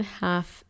half